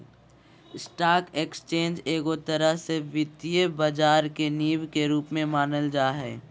stock exchange एगो तरह से वित्तीय बाजार के नींव के रूप मे मानल जा हय